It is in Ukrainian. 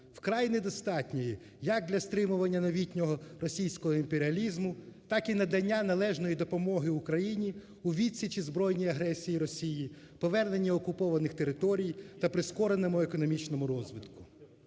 вкрай недостатньої, як для стримування новітнього російського імперіалізму, так і надання належної допомоги Україні у відсічі збройної агресії Росії, повернення окупованих територій та прискореному економічному розвитку.